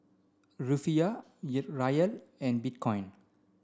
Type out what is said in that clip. Rufiyaa Riyal and Bitcoin